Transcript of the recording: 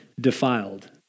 defiled